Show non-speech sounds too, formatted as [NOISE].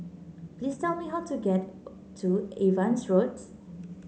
please tell me how to get [UNINTELLIGIBLE] to Evans Road